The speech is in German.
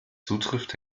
zutrifft